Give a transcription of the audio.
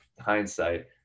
hindsight